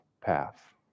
path